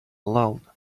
alone